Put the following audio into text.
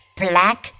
black